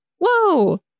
Whoa